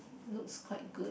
looks quite good